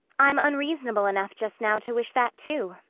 i'm unreasonable enough just now to wish that, too,